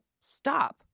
stop